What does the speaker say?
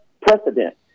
precedent